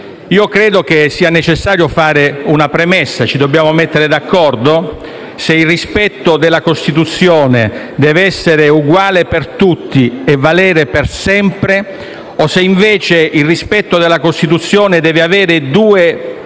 credo che sia necessario fare una premessa. Dobbiamo metterci d'accordo se il rispetto della Costituzione debba essere uguale per tutti e valere per sempre o se, invece, il rispetto della Costituzione abbia prospettive